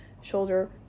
shoulder